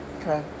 Okay